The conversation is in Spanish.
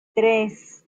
tres